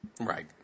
Right